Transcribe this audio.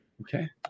Okay